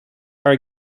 are